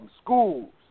schools